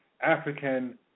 African